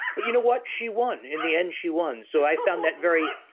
but you know what? she won. in the end, she won, so i found that very